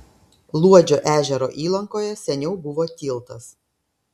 luodžio ežero įlankoje seniau buvo tiltas